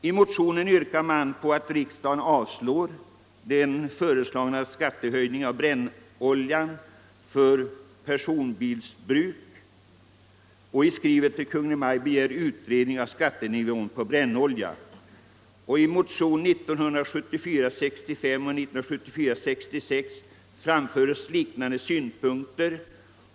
I motionerna 1965 och 1966 framförs liknande synpunkter.